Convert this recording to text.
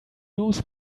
knows